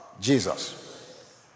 Jesus